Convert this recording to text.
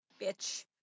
Bitch